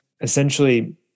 essentially